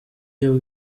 iyo